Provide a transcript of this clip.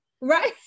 right